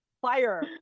fire